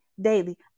daily